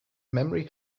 memory